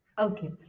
Okay